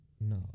No